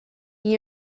igl